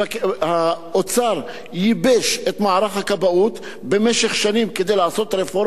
האוצר ייבש את מערך הכבאות במשך שנים כדי לעשות רפורמה,